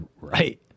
right